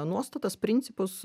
nuostatas principus